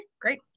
great